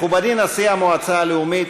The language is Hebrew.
מכובדי נשיא המועצה הלאומית,